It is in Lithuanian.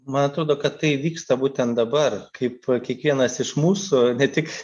man atrodo kad tai vyksta būtent dabar kaip kiekvienas iš mūsų ne tik